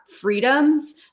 freedoms